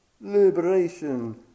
liberation